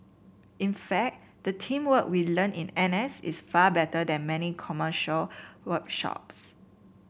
in fact the teamwork we learn in N S is far better than many commercial workshops